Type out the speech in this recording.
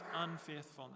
unfaithfulness